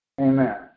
Amen